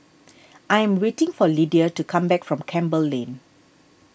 I am waiting for Lydia to come back from Campbell Lane